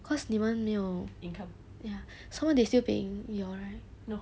cause 你们没有 ya some money they still paying you all right